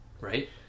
right